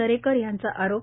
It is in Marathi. दरेकर यांचा आरोप